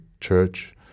church